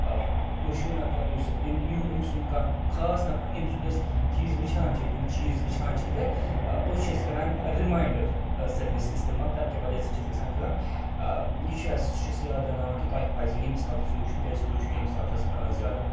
ٲں مشہوٗر نفر یُس أمۍ سُنٛد کانٛہہ خاص نَفر ییٚمۍ سُنٛد أسۍ چیٖز وُچھان چھِ تِم چیٖز وُچھان چھِ تہٕ ٲں پوٚتس چھِ أسۍ کَران ٲں رِماینٛڈَر ٲں سٔروِس اِستعمال تَمہِ کہِ وجہ سۭتۍ چھِ اسہِ گژھان کٲم ٲں یہِ چھُ اسہِ سُہ چھُ اسہِ یاد پیٛاوناوان کہِ تۄہہِ پَزِ ییٚمِس نفرَس کُن وُچھُن کیٛازِکہِ تُہۍ چھُ ییٚمِس نفرَس ٲں زیادٕ